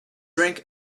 drink